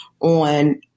on